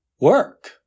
work